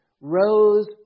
rose